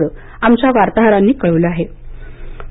हवामान